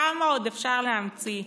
כמה עוד אפשר להמציא?